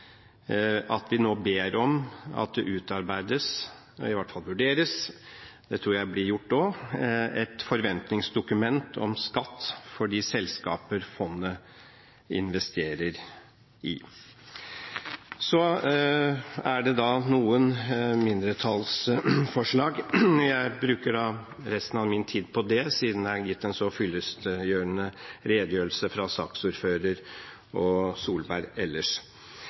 vi nå om at det utarbeides – i hvert fall vurderes, og det tror jeg også blir gjort – et forventningsdokument om skatt for de selskaper fondet investerer i. Det er noen mindretallsforslag, og jeg bruker da resten av min tid på det siden det ellers er gitt en så fyllestgjørende redegjørelse fra saksordføreren og fra Tvedt Solberg.